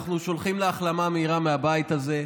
אנחנו שולחים לה החלמה מהירה מהבית הזה.